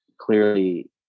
clearly